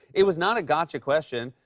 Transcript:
it was not a gotcha question.